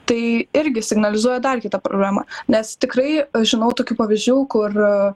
tai irgi signalizuoja dar kitą problemą nes tikrai žinau tokių pavyzdžių kur